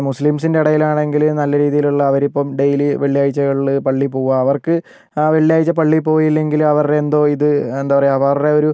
മുസ്ലിംസിൻ്റെ ഇടയിൽ ആണെങ്കിൽ നല്ല രീതിയിൽ ഉള്ള അവര് ഇപ്പം ഡെയിലി വെള്ളിയാഴ്ചകളിൽ പള്ളിയിൽ പോകുക അവർക്ക് ആ വെള്ളിയാഴ്ച പള്ളിയിൽ പോയില്ലെങ്കിൽ അവരുടെ എന്തോ ഇത് എന്താ പറയുക അവരുടെ ഒരു